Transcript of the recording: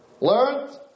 Learned